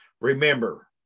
Remember